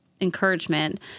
Encouragement